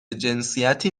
جنسیتی